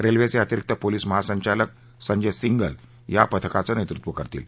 रेल्वेचे अतिरिक्त पोलिस महासंचालक संजय सिंघल या पथकाचं नेतृत्व करतील